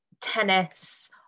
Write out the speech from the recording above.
tennis